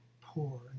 poor